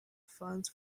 fund